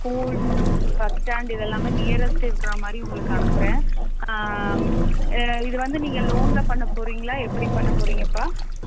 school bus stand இதெல்லாமே nearest இருக்கிற மாதிரி உங்களுக்கு அனுப்புகிறேன் இது வந்து நீங்கள் லோனில் பண்ண போறீங்களா எப்படி பண்ண போறீங்கப்பா